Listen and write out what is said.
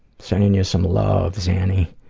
sending you some love xannie.